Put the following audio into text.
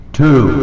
two